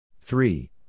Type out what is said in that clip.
Three